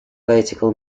vertical